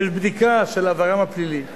יש בדיקה של עברם הפלילי.